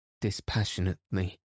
dispassionately